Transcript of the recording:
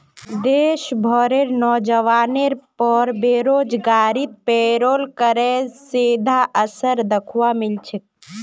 देश भरेर नोजवानेर पर बेरोजगारीत पेरोल करेर सीधा असर दख्वा मिल छेक